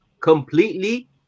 completely